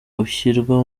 ushyirwa